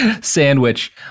sandwich